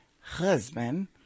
husband